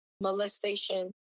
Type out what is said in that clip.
molestation